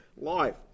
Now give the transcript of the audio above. life